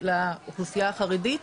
לאוכלוסייה החרדית.